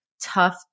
tough